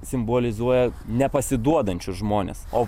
simbolizuoja nepasiduodančius žmones o